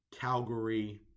Calgary